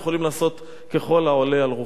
אנחנו יכולים לעשות ככל העולה על רוחנו.